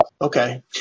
okay